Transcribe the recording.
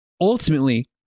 ultimately